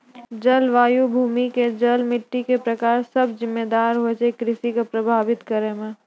जलवायु, भूमि के जल, मिट्टी के प्रकार सब जिम्मेदार होय छै कृषि कॅ प्रभावित करै मॅ